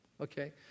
Okay